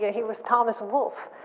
yeah he was thomas wolfe.